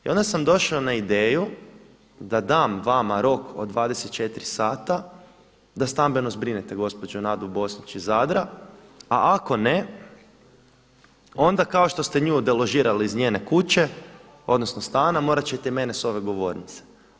I onda sam došao na ideju da dam vama rok od 24 sata da stambeno zbrinete gospođu Nadu Bosnić iz Zadra, a ako ne, onda kao što ste nju deložirali iz njene kuće odnosno stana morat ćete i mene s ove govornice.